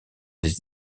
des